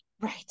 right